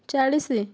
ଚାଳିଶ